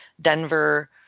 Denver